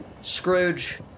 Scrooge